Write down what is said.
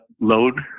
load